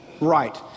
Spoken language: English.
right